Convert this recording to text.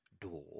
door